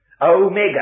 Omega